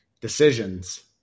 decisions